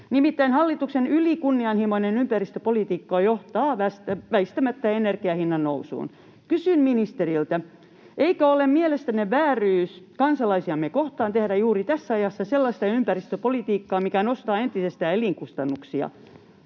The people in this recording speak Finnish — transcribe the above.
Nimittäin hallituksen ylikunnianhimoinen ympäristöpolitiikka johtaa väistämättä energiahinnan nousuun. Kysyn ministeriltä: Eikö ole mielestänne vääryys kansalaisiamme kohtaan tehdä juuri tässä ajassa sellaista ympäristöpolitiikkaa, mikä nostaa entisestään elinkustannuksia?